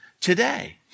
today